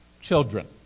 Children